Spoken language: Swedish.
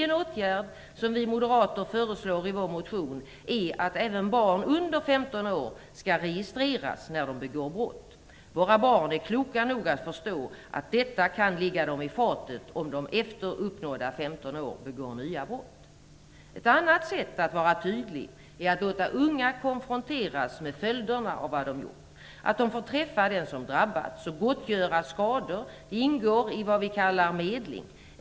En åtgärd som vi moderater föreslår i vår motion är att även barn under femton år skall registreras när de begår brott. Våra barn är kloka nog att förstå att detta kan ligga dem i fatet om de efter uppnådda femton år begår nya brott. Ett annat sätt att vara tydlig är att låta unga konfronteras med följderna av vad de gjort. Att få träffa den som drabbats och att få gottgöra skador ingår i det vi kallar medling.